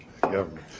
government